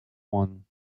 one